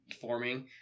forming